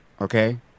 okay